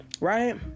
Right